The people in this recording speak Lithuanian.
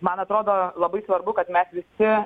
man atrodo labai svarbu kad mes visi